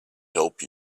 help